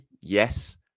yes